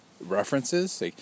References